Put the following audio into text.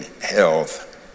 health